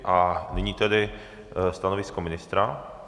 A nyní stanovisko ministra?